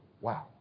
Wow